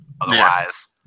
Otherwise